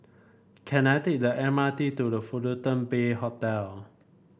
can I take the M R T to The Fullerton Bay Hotel